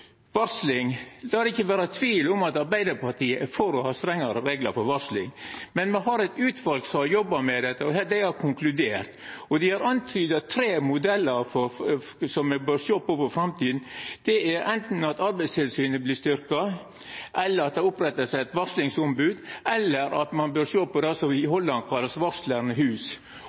varsling: La det ikkje vera tvil om at Arbeidarpartiet er for å ha strengare reglar for varsling, men me har eit utval som har jobba med dette, og dei har konkludert. Dei har antyda tre modellar som me bør sjå på for framtida. Det er anten at Arbeidstilsynet vert styrkt, at det vert oppretta eit varslingsombod, eller at ein bør sjå på det som i